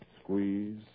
Squeeze